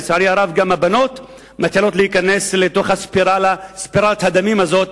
לצערי הרב גם הבנות מתחילות להיכנס לתוך ספירלת הדמים הזאת,